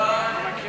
זה עוד פעם,